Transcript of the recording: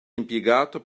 impiegato